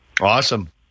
Awesome